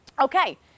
Okay